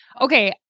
Okay